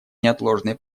неотложной